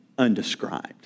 Undescribed